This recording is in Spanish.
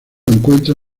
encuentra